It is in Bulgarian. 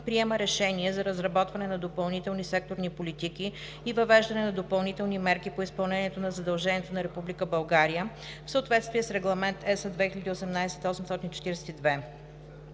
приема решение за разработване на допълнителни секторни политики и въвеждане на допълнителни мерки по изпълнението на задълженията на Република България, в съответствие с Регламент (ЕС) 2018/842.